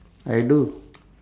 I do